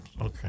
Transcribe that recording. okay